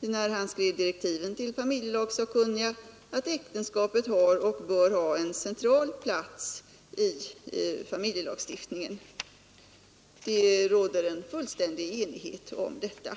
när han skrev direktiven till familjelagssakkunniga, att äktenskapet har och bör ha en central plats i familjelagstiftningen. Det råder fullständig enighet om detta.